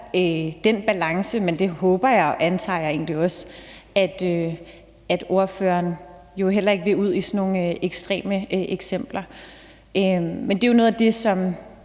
der skal være. Der håber jeg og antager egentlig også at ordføreren heller ikke vil ud i sådan nogle ekstreme eksempler. Men det er jo noget af det, som